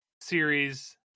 series